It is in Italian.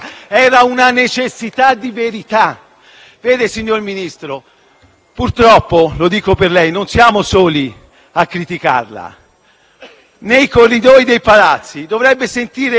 Vede, signor Ministro, purtroppo - lo dico per lei - non siamo soli a criticarla. Nei corridoi dei Palazzi dovrebbe sentire i suoi colleghi di maggioranza